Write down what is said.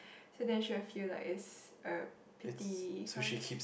so then she will feel like it's a pity cause